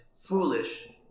foolish